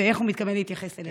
ואיך הוא מתכוון להתייחס אליהן?